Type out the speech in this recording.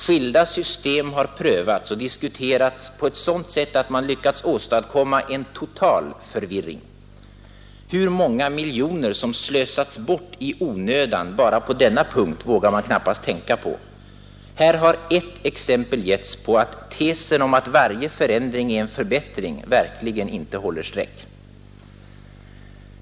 Skilda system har prövats och diskuterats på ett sådant sätt att man lyckats åstadkomma en total förvirring. Hur många miljoner som slösats bort i onödan bara på denna punkt vågar man knappast tänka på. Här har ett exempel getts på att tesen om att varje förändring är en förbättring verkligen inte håller streck.